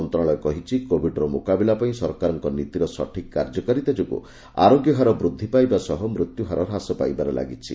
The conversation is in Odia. ମନ୍ତ୍ରଣାଳୟ କହିଛି କୋବିଡ୍ର ମୁକାବିଲା ପାଇଁ ସରକାରଙ୍କ ନୀତିର ସଠିକ୍ କାର୍ଯ୍ୟକାରୀତା ଯୋଗୁଁ ଆରୋଗ୍ୟହାର ବୃଦ୍ଧି ପାଇବା ସହ ମୃତ୍ୟୁହାର ହ୍ରାସ ପାଇବାରେ ଲାଗିଛି